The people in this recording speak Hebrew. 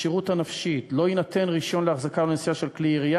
הכשירות הנפשית: "לא יינתן רישיון להחזקה ונשיאה של כלי ירייה